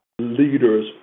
leaders